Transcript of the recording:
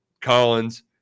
Collins